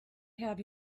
have